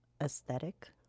aesthetic